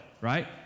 right